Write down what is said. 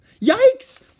Yikes